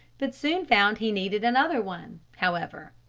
but soon found he needed another one, however.